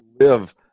live